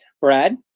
Brad